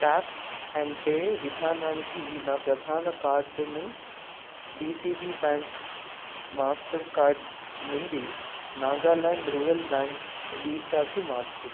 tap and pay విధానానికి నా ప్రధాన కార్డుని డిసిబి బ్యాంక్ మాస్టర్ కార్డు నుండి నాగాల్యాండ్ రూరల్ బ్యాంక్ వీసాకి మార్చుము